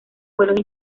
vuelos